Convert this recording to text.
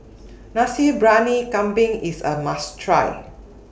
Nasi Briyani Kambing IS A must Try